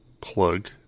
plug